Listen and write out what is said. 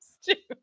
stupid